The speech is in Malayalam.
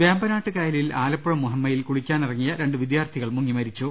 വേമ്പനാട്ട് കായലിൽ ആലപ്പുഴ മുഹമ്മയിൽ കുളിക്കാനിറങ്ങിയ രണ്ട് വിദ്യാർത്ഥികൾ മുങ്ങി മരിച്ചു